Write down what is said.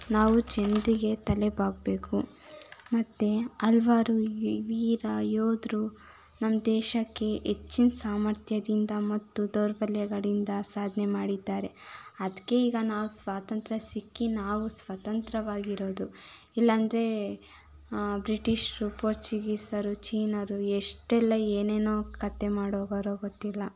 ನಾವು ಚಿಂತೆಗೆ ತಲೆ ಬಾಗಬೇಕು ಮತ್ತು ಹಲ್ವಾರು ವೀರ ಯೋಧರು ನಮ್ಮ ದೇಶಕ್ಕೆ ಹೆಚ್ಚಿನ ಸಾಮರ್ಥ್ಯದಿಂದ ಮತ್ತು ದೌರ್ಬಲ್ಯಗಳಿಂದ ಸಾಧನೆ ಮಾಡಿದ್ದಾರೆ ಅದಕ್ಕೆ ಈಗ ನಾವು ಸ್ವಾತಂತ್ರ್ಯ ಸಿಕ್ಕಿ ನಾವು ಸ್ವತಂತ್ರವಾಗಿರೋದು ಇಲ್ಲ ಅಂದರೆ ಬ್ರಿಟಿಷರು ಪೋರ್ಚುಗೀಸರು ಚೀನರು ಎಷ್ಟೆಲ್ಲ ಏನೇನೊ ಕತೆ ಮಾಡೋಗೋರೊ ಗೊತ್ತಿಲ್ಲ